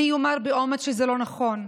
מי יאמר באומץ שזה לא נכון?